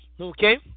Okay